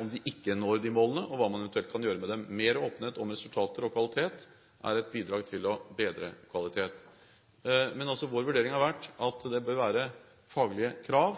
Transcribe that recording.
om de ikke når de målene, og hva man eventuelt kan gjøre med det. Mer åpenhet om resultater og kvalitet er et bidrag til å bedre kvalitet. Men vår vurdering har altså vært at det bør være faglige krav,